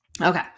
Okay